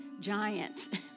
Giants